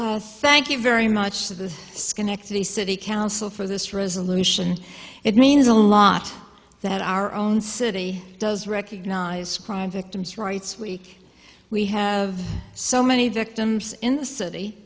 yes thank you very much to the schenectady city council for this resolution it means a lot that our own city does recognize crime victims rights week we have so many victims in the city